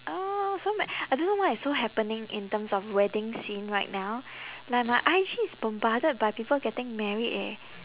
oh so ma~ I don't know why it's so happening in terms of wedding scene right now like my I_G is bombarded by people getting married eh